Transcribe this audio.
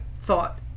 thought